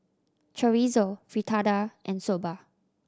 Chorizo Fritada and Soba